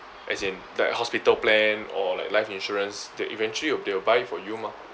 as in like hospital plan or like life insurance they eventually they will buy for you mah